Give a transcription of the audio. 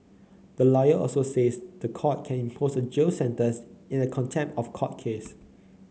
the lawyer also says the court can impose a jail sentence in a contempt of court case